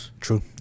True